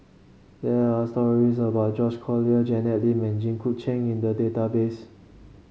there are stories about George Collyer Janet Lim and Jit Koon Ch'ng in the database